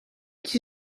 qui